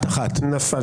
הצבעה לא אושרה נפל.